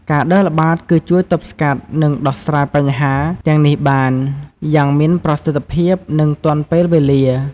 ការដើរល្បាត គឺជួយ ទប់ស្កាត់ និង ដោះស្រាយបញ្ហា ទាំងនេះបាន យ៉ាងមានប្រសិទ្ធភាព និងទាន់ពេលវេលា។